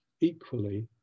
equally